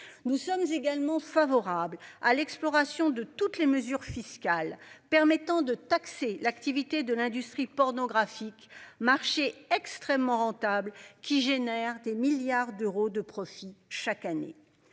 Nous sommes également favorables à l'exploration de toutes les mesures fiscales permettant de taxer l'activité de l'industrie pornographique, marché extrêmement rentable qui génère des milliards d'euros de profits chaque année.